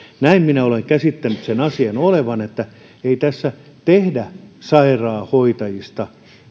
näin minä olen käsittänyt sen asian olevan että ei tässä tehdä sairaanhoitajista